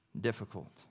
Difficult